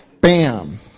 bam